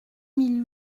mille